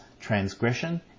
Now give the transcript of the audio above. transgression